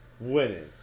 winning